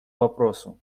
вопросу